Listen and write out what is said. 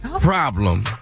Problem